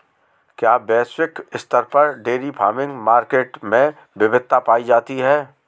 क्या वैश्विक स्तर पर डेयरी फार्मिंग मार्केट में विविधता पाई जाती है?